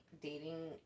dating